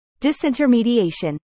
disintermediation